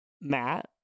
Matt